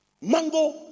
mango